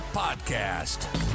podcast